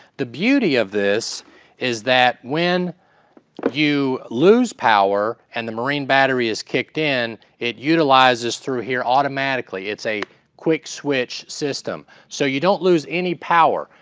the beauty of this is that when you lose power and the marine battery is kicked in, it utilizes through here automatically. it's a quick switch system, so you don't lose any power.